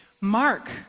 Mark